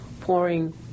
pouring